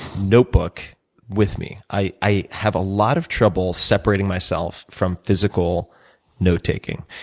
notebook with me. i have a lot of trouble separating myself from physical note taking.